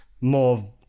more